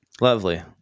Lovely